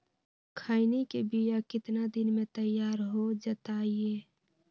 खैनी के बिया कितना दिन मे तैयार हो जताइए?